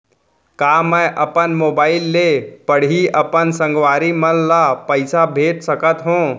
का मैं अपन मोबाइल से पड़ही अपन संगवारी मन ल पइसा भेज सकत हो?